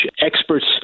experts